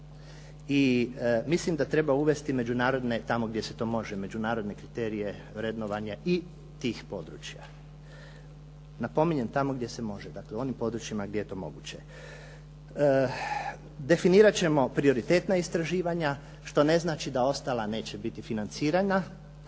I mislim da treba uvesti međunarodne, tamo gdje se to može, međunarodne kriterije vrednovanja i tih područja. Napominjem, tamo gdje se može, dakle, u onim područjima gdje je to moguće. Definirati ćemo prioritetna istraživanja što ne znači da ostala neće biti financirana,